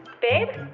babe?